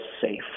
safe